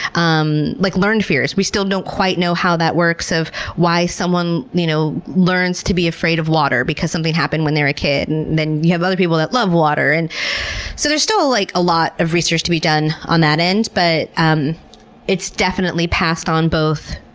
um like learned fears. we still don't quite know how that works, of why someone you know learns to be afraid of water because something happened when they were a kid, and then you have other people that love water. and so there's still like a lot of research to be done on that end. but um it's definitely passed on both,